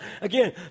Again